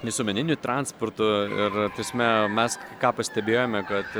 visuomeniniu transportu ir ta prasme mes ką pastebėjome kad